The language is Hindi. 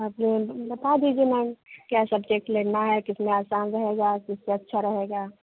बता दीजिए इंटर मैम क्या सब्जेक्ट लेना है किस में आसान रहेगा किस में अच्छा रहेगा